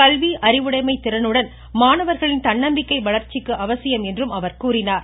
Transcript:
கல்வி அறிவுடைமை திறனுடன் மாணவர்களின் தன்னம்பிக்கை வளர்ச்சிக்கு அவசியம் என்று அவர் கூறினார்